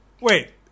Wait